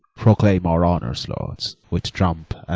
proclaim our honours, lords, with trump